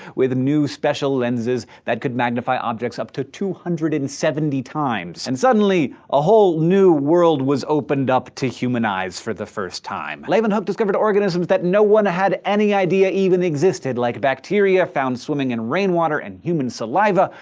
with new special lenses that could magnify objects up to two hundred and seventy times. and suddenly, a whole new world was opened up to human eyes, for the first time. leeuwenhoek discovered organisms that no one had any idea even existed, like bacteria found swimming in rainwater and human saliva,